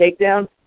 takedown